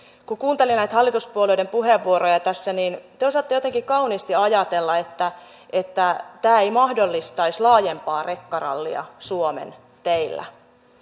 kun kuunteli näitä hallituspuolueiden puheenvuoroja tässä niin te osaatte jotenkin kauniisti ajatella että että tämä ei mahdollistaisi laajempaa rekkarallia suomen teillä